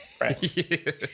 right